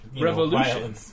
revolution